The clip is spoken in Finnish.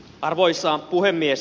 arvoisa puhemies